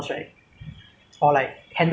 so it's like it's quite unavoidable lah